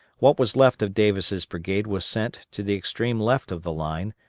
what was left of davis' brigade was sent to the extreme left of the line,